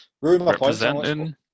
Representing